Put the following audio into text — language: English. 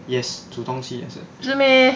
yes 煮东西也是